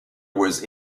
was